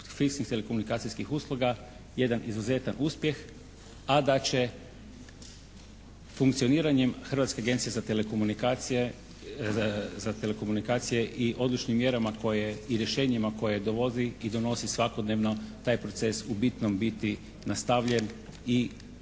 fiksnih telekomunikacijskih usluga jedan izuzetan uspjeh, a da će funkcioniranjem Hrvatske agencije za telekomunikacije i odlučnim mjerama i rješenjima koje dovodi i donosi svakodnevno taj proces u bitnom biti nastavljen i ako je